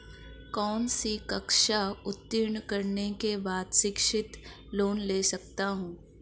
कौनसी कक्षा उत्तीर्ण करने के बाद शिक्षित लोंन ले सकता हूं?